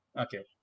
Okay